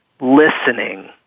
listening